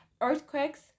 earthquakes